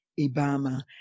Ibama